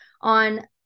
on